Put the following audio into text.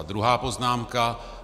A druhá poznámka.